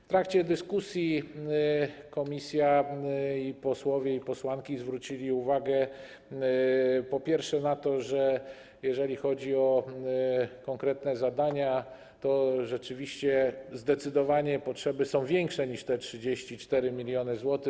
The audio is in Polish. W trakcie dyskusji komisja, posłowie i posłanki zwrócili uwagę, po pierwsze, na to, że jeżeli chodzi o konkretne zadania, to rzeczywiście zdecydowanie potrzeby są większe niż te 34 mln zł.